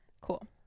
cool